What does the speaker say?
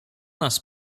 nas